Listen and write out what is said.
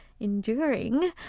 enduring